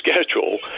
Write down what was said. schedule